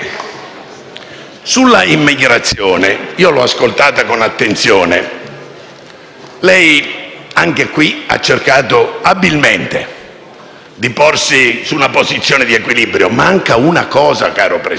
sull'immigrazione l'ho ascoltata con attenzione. Anche in questo caso lei ha cercato abilmente di porsi su una posizione di equilibrio. Manca una cosa, caro Presidente: